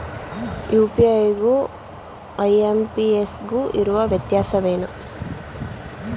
UPI ಗು IMPS ಗು ಇರುವ ವ್ಯತ್ಯಾಸವೇನು?